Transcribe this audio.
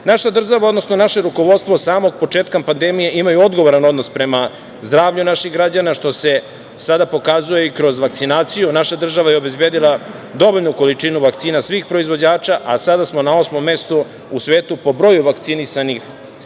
država, odnosno naše rukovodstvo od samog početka pandemije ima odgovoran odnos prema zdravlju naših građana, što se sada pokazuje i kroz vakcinaciju. Naša država je obezbedila dovoljnu količinu vakcina svih proizvođača, a sada smo na osmom mestu u svetu po broju vakcinisanih